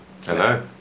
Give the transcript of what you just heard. Hello